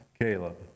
Caleb